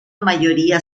mayoría